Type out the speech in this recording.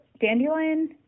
dandelion